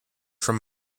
from